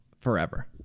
forever